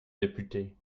député